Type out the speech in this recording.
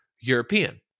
European